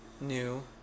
New